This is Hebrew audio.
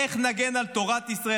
איך נגן על תורת ישראל?